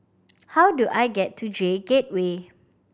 how do I get to J Gateway